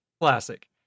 Classic